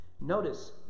Notice